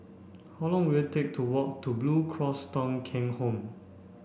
how long will take to walk to Blue Cross Thong Kheng Home